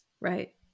Right